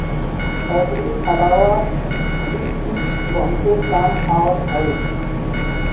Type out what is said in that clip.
एकरी अलावा भी इ बहुते काम आवत हवे